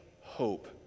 hope